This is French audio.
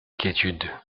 quiétude